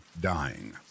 dying